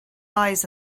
lies